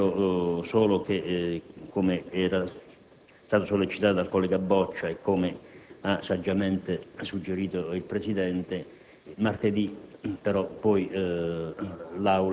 a una rapida votazione. Spero solo che - come era stato sollecitato dal collega Antonio Boccia e come ha saggiamente suggerito il Presidente